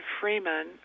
Freeman